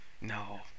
no